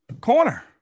Corner